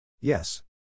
Yes